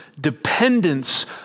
dependence